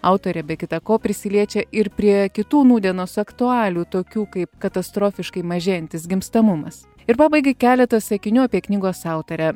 autorė be kita ko prisiliečia ir prie kitų nūdienos aktualijų tokių kaip katastrofiškai mažėjantis gimstamumas ir pabaigai keletas sakinių apie knygos autorę